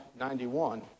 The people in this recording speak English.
91